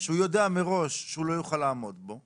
שהוא יודע מראש שהוא לא יוכל לעמוד בו.